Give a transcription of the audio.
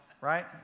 right